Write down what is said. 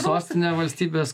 sostinė valstybės